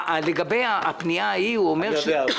לגבי הפנייה ההיא הוא אומר --- אני יודע.